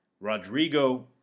Rodrigo